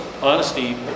honesty